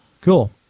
Cool